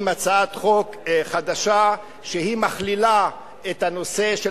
עם הצעת חוק חדשה שמכלילה את הנושא של